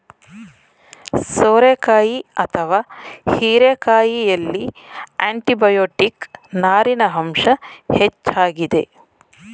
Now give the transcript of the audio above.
ಸೋರೆಕಾಯಿ ಅಥವಾ ಹೀರೆಕಾಯಿಯಲ್ಲಿ ಆಂಟಿಬಯೋಟಿಕ್, ನಾರಿನ ಅಂಶ ಹೆಚ್ಚಾಗಿದೆ